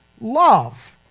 love